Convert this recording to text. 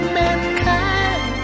mankind